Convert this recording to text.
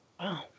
wow